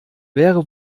wäre